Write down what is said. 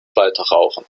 weiterrauchen